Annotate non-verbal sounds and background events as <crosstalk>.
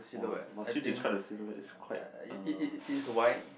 !wah! must you describe the silhoutte it's quite uh <noise>